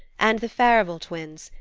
and the farival twins,